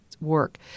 work